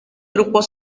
grupo